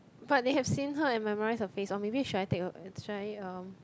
but they have seen her and memorised her face or maybe should I take a should I um